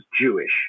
Jewish